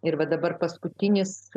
ir va dabar paskutinis